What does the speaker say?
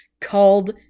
called